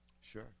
sure